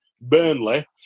Burnley